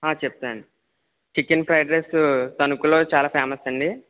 ఆ చెప్తాను అండి చికెన్ ఫ్రైడ్ రైసు తణుకులో చాలా ఫేమస్ అండి